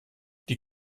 die